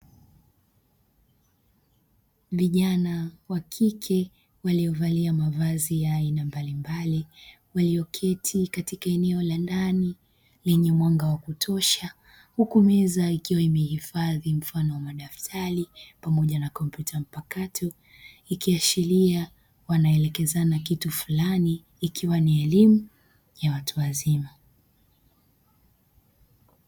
Vijana wakike waliovalia mavazi ya aina mbalimbali, walioketi katika eneo la ndani lenye mwanga wa kutosha huku meza ikiwa imehifadhi mfano wa madaftari pamoja na kompyuta mpakato, ikiashiria wanaelekezana kitu fulani ikiwa ni elimu ya watu wazima.